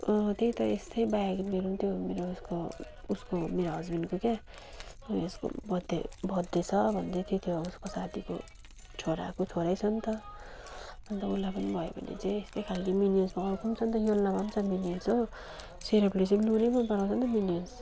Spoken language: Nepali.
अँ त्यही त यस्तै ब्याग मेरो पनि त्यो मेरो उयसको उसको मेरो हजबेन्डको क्या उयसको बर्थडे बर्थडे छ भन्दै थियो त्यो उसको साथीको छोराको छोरै छन्त अन्त उसलाई पनि भयो भने चाहिँ यस्तै खालको मिन्यन्सको अर्को पनि छन्त यल्लोमा पनि छ मिन्यन्स हो सेरपले चाहिँ ब्लु नै मन पराउँछ नि त मिन्यन्स